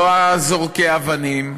לא זורקי האבנים.